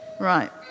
Right